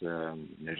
ir nes